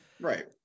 Right